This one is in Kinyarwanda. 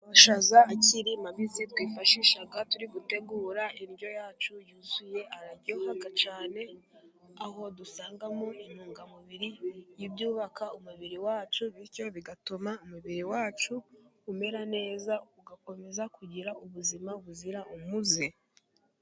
Amashaza akiri mabisi twifashisha turi gutegura indyo yacu yuzuye, araryoha cyane aho dusangamo intungamubiri y'ibyubaka umubiri wacu, bityo bigatuma umubiri wacu umera neza, ugakomeza kugira ubuzima buzira umuze.